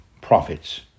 prophets